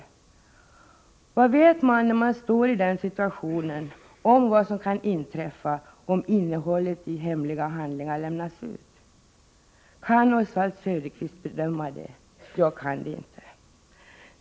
Vad vet man i den situationen om vad som kan inträffa om innehållet i hemliga handlingar lämnas ut? Kan Oswald Söderqvist bedöma det? — jag kan det inte.